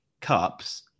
cups